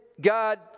God